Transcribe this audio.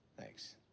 Thanks